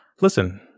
listen